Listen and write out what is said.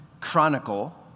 chronicle